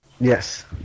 Yes